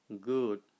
good